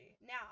Now